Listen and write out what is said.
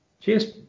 Cheers